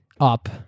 up